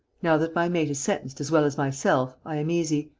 now that my mate is sentenced as well as myself, i am easy.